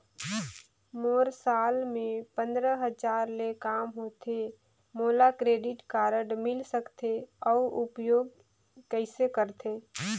मोर साल मे पंद्रह हजार ले काम होथे मोला क्रेडिट कारड मिल सकथे? अउ उपयोग कइसे करथे?